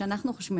כפי שאנחנו חושבים,